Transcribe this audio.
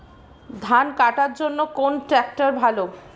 ধান কাটার জন্য কোন ট্রাক্টর ভালো?